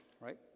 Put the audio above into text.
Right